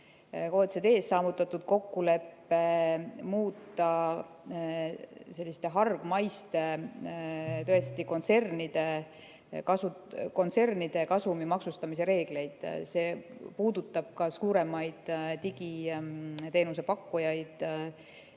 OECD-s saavutatud kokkulepe muuta selliste hargmaiste kontsernide kasumi maksustamise reegleid. See puudutab ka suuremaid digiteenuse pakkujaid